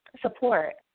support